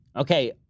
okay